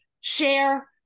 share